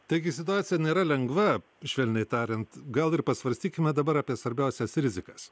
taigi situacija nėra lengva švelniai tariant gal ir pasvarstykime dabar apie svarbiausias rizikas